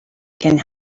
can